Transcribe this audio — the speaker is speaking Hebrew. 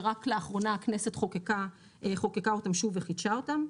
שרק לאחרונה הכנסת חוקקה אותן שוב וחידשה אותן.